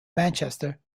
manchester